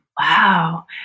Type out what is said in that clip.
wow